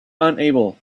unable